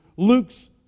Luke's